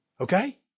Okay